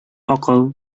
акыл